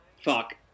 fuck